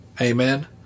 Amen